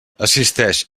assisteix